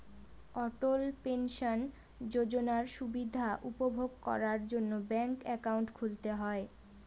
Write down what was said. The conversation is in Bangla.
অটল পেনশন যোজনার সুবিধা উপভোগ করার জন্য ব্যাঙ্ক একাউন্ট খুলতে হয়